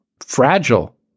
fragile